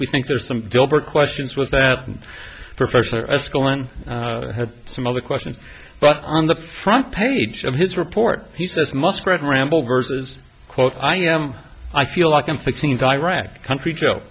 we think there's some deliberate questions with that professor at school and some other questions but on the front page of his report he says must read ramble versus quote i am i feel like i'm fixing iraq country joe